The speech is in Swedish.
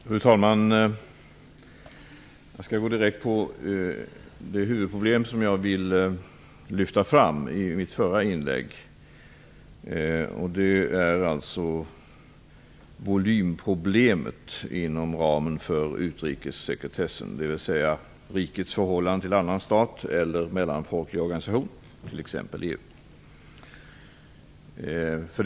Fru talman! Jag skall gå direkt på det huvudproblem som jag ville lyfta fram i mitt förra inlägg. Det är alltså volymproblemet inom ramen för utrikessekretessen, dvs. rikets förhållande till annan stat eller mellanfolkligt organ, t.ex. EU.